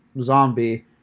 zombie